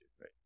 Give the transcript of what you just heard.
right